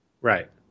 Right